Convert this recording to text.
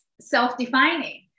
self-defining